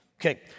Okay